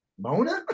Mona